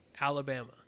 Alabama